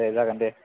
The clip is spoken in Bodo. दे जागोन दे